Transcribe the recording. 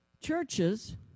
churches